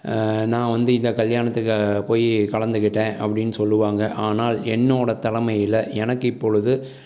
நான் வந்து இந்த கல்யாணத்துக்கு போய் கலந்துகிட்டேன் அப்படின்னு சொல்லுவாங்க ஆனால் என்னோடய தலைமையில் எனக்கு இப்பொழுது